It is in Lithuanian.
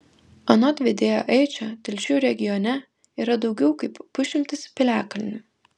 anot vedėjo eičo telšių regione yra daugiau kaip pusšimtis piliakalnių